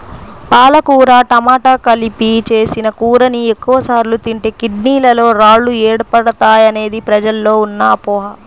పాలకూర టమాట కలిపి చేసిన కూరని ఎక్కువ సార్లు తింటే కిడ్నీలలో రాళ్లు ఏర్పడతాయనేది ప్రజల్లో ఉన్న అపోహ